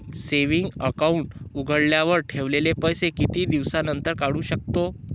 Saving account उघडल्यावर ठेवलेले पैसे किती दिवसानंतर काढू शकतो?